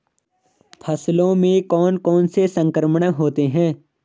फसलों में कौन कौन से संक्रमण होते हैं?